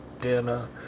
dinner